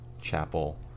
Chapel